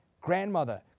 grandmother